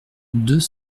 deux